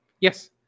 yes